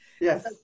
yes